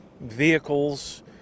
vehicles